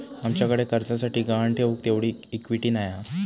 आमच्याकडे कर्जासाठी गहाण ठेऊक तेवढी इक्विटी नाय हा